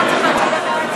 אבל.